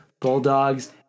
bulldogs